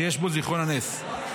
שיש בו זיכרון הנס.